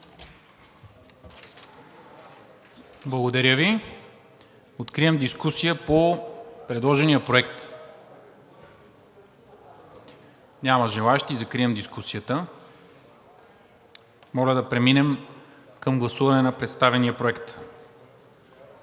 Благодаря Ви. Откривам дискусията по предложения проект. Няма желаещи. Закривам дискусията. Моля да преминем към гласуване на представения проект.